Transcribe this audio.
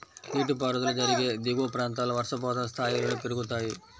నీటిపారుదల జరిగే దిగువ ప్రాంతాల్లో వర్షపాతం స్థాయిలను పెరుగుతాయి